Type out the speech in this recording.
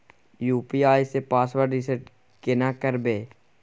UPI के password reset केना करबे?